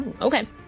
Okay